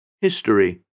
History